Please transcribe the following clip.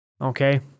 Okay